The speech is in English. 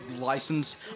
license